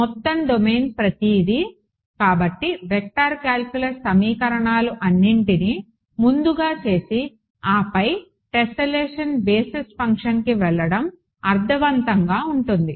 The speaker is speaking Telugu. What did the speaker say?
మొత్తం డొమైన్ ప్రతిదీ కాబట్టి వెక్టార్ కాలిక్యులస్ సరళీకరణాలు అన్నింటిని ముందుగా చేసి ఆపై టెస్సెల్లేషన్ బేసిస్ ఫంక్షన్కి వెళ్లడం అర్థవంతంగా ఉంటుంది